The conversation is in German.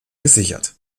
gesichert